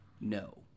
no